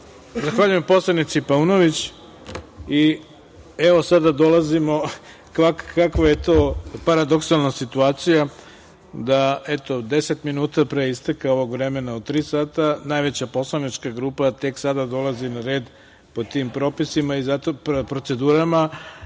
Zahvaljujem. Zahvaljujem poslanici Paunović. Evo, sada dolazimo, kakva je to paradoksalna situacija, da 10 minuta pre isteka ovog vremena od tri sata najveća poslanička grupa tek sada dolazi na red po tim propisima i procedurama.